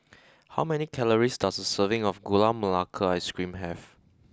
how many calories does a serving of Gula Melaka ice cream have